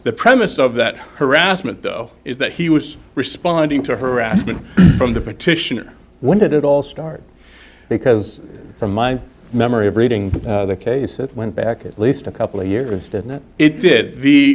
the premise of that harassment though is that he was responding to harassment from the petitioner when did it all start because from my memory of reading the case it went back at least a couple